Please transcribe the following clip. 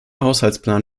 haushaltsplan